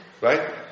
Right